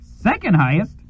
Second-highest